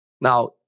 Now